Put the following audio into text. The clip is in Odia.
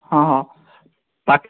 ହଁ ହଁ ପା